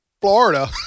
Florida